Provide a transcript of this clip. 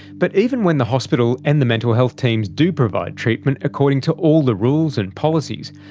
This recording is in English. but even when the hospital and the mental health teams do provide treatment according to all the rules and policies,